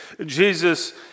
Jesus